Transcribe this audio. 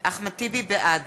בעד